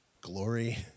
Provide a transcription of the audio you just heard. glory